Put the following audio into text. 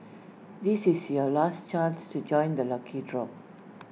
this is your last chance to join the lucky draw